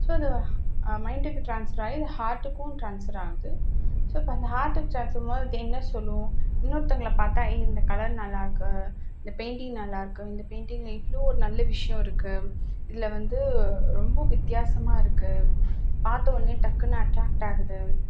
so இது மைண்டுக்கு transfer ஆகி இது ஹார்ட்டுக்கும் ட்ரான்ஸ்வர் ஆகுது ஸோ இப்போ அந்த ஹார்ட்டுக்கு ட்ரான்ஸ்வர் ஆகும் போது அது என்ன சொல்லும் இன்னொருத்தவங்களை பார்த்து ஐ இந்த கலர் நல்லாருக்குது இந்த பெயிண்டிங் நல்லாருக்குது இந்த பெயிண்டிங்கில் இவ்வளோ ஒரு நல்ல விஷயோம் இருக்குது இதில் வந்து ரொம்ப வித்தியாசமா இருக்குது பார்த்தவோன்னே டக்குன்னு அட்ராக்ட் ஆகுது